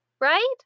right